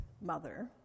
mother